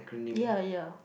ya ya